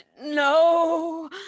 No